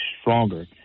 stronger